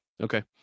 Okay